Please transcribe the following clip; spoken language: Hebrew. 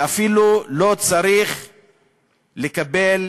ואפילו לא צריך לקבל